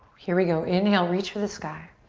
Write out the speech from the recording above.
here we go, inhale, reach for the sky.